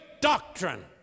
doctrine